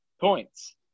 points